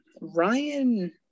Ryan